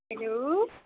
hello